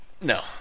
No